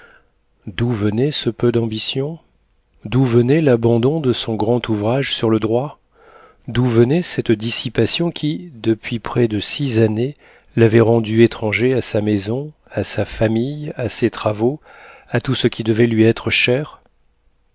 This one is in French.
d'où venait ce peu d'ambition d'où venait l'abandon de son grand ouvrage sur le droit d'où venait cette dissipation qui depuis près de six années l'avait rendu étranger à sa maison à sa famille à ses travaux à tout ce qui devait lui être cher